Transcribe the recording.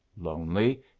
lonely